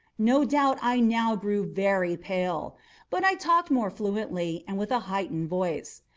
no doubt i now grew very pale but i talked more fluently, and with a heightened voice.